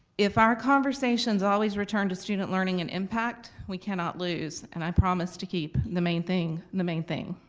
if our conversations always return to student learning and impact, we cannot lose. and i promise to keep the main thing the main thing.